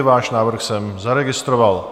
Váš návrh jsem zaregistroval.